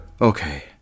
Okay